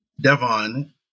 Devon